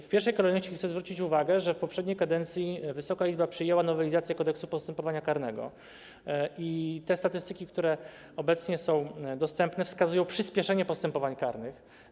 W pierwszej kolejności chcę zwrócić uwagę, że w poprzedniej kadencji Wysoka Izba przyjęła nowelizację Kodeksu postępowania karnego i te statystyki, które obecnie są dostępne, wskazują na przyspieszenie postępowań karnych.